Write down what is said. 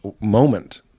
moment